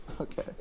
Okay